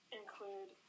include